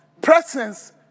presence